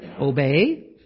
obey